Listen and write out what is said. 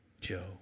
Joe